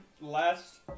last